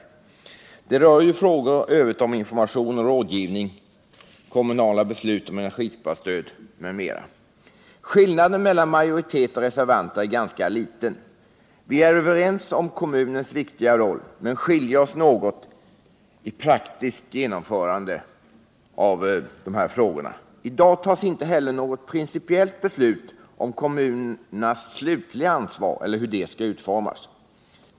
I övrigt behandlar dessa reservationer frågor om information och rådgivning, kommunala beslut om energisparstöd, osv. Skillnaden mellan majoriteten och reservanterna är här ganska liten. Vi är överens om kommunernas viktiga roll, men vi skiljer oss något när det gäller det praktiska genomförandet. I dag skall vi heller inte fatta något principiellt beslut om hur kommunernas slutliga ansvar skall utformas.